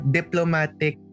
diplomatic